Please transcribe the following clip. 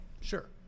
sure